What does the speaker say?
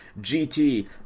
GT